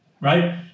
right